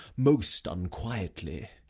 most unquietly.